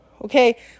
okay